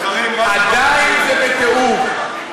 עדיין זה בתיאום.